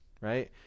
right